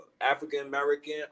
african-american